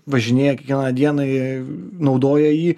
važinėja kiekvieną dieną jie naudoja jį